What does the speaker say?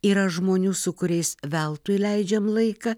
yra žmonių su kuriais veltui leidžiam laiką